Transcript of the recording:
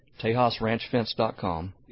TejasRanchFence.com